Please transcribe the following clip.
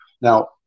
Now